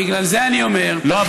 בגלל זה אני אומר, לא.